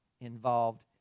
involved